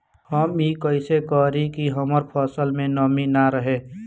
हम ई कइसे करी की हमार फसल में नमी ना रहे?